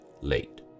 late